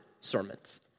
sermons